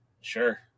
Sure